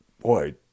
boy